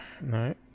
No